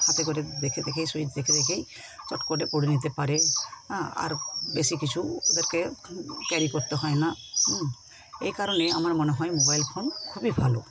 হাতে করে দেখে দেখে স্যুইচ দেখে দেখে চট করে পড়ে নিতে পারে হ্যাঁ আর বেশি কিছু ওদেরকে ক্যারি করতে হয় না এ কারণে আমার মনে হয় মোবাইল ফোন খুবই ভালো